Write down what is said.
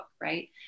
Right